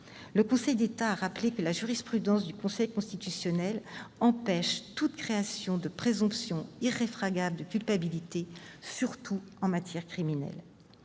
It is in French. Il a rappelé que la jurisprudence du Conseil constitutionnel empêchait toute création de présomption irréfragable de culpabilité, surtout en matière criminelle.